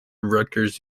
rutgers